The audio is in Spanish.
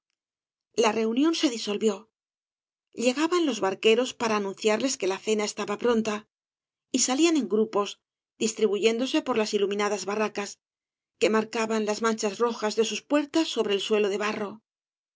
la reunión se disolvió llegaban los barqueros para anunciarles que la cena estaba pronta v blasoo ibáñbz y salían en grupos distribuyéndose por las iluminadas barracas que marcaban las manchas rojas de sus puertas sobre el suelo de barro